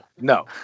no